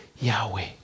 Yahweh